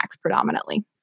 predominantly